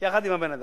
יחד עם הבן-אדם.